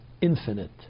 infinite